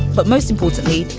but most importantly,